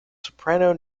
soprano